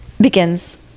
begins